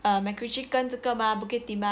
uh macritchie 这个 mah bukit timah